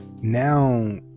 now